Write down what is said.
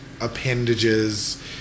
appendages